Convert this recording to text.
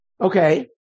Okay